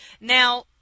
Now